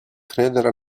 credere